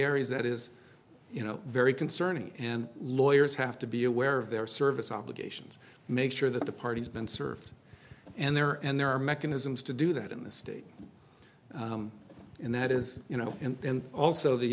areas that is you know very concerning and lawyers have to be aware of their service obligations make sure that the party has been served and there and there are mechanisms to do that in this state and that is you know and also the